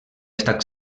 estat